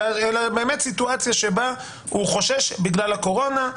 אלא באמת סיטואציה שבה הוא חושש בגלל הקורונה.